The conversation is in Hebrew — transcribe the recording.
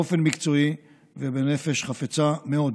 באופן מקצועי ובנפש חפצה מאוד.